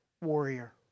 warrior